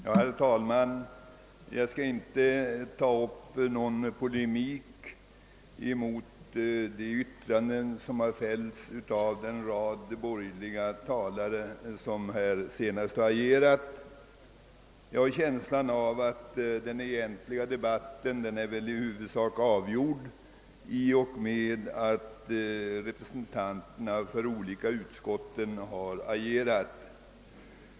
Herr talman! Jag skall inte ta upp någon polemik mot de yttranden som har fällts av den rad borgerliga talare som senast har yttrat sig. Jag har en känsla av att den egentliga debatten är i huvudsak avgjord i och med att representanterna för de olika utskotten har agerat.